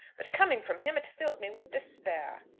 but coming from him, it fills me with despair.